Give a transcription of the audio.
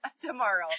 tomorrow